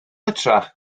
hytrach